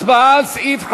הצבעה על סעיף 51,